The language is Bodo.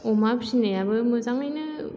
अमा फिसिनायाबो मोजाङैनो